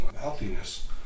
healthiness